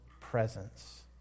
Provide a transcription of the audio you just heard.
presence